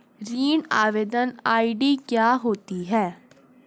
ऋण आवेदन आई.डी क्या होती है?